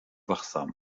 wachsam